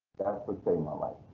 thats what saved my life.